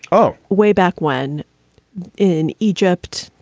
oh, way back when in egypt,